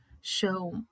show